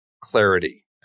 clarity